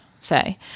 say